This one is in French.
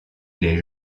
les